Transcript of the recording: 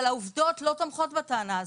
אבל העובדות לא תומכות בטענה הזו.